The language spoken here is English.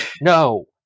No